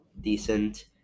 decent